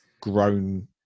grown